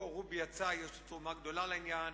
רובי יצא, יש לו תרומה גדולה לעניין.